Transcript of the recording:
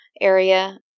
area